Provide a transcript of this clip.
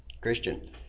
Christian